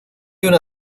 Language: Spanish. una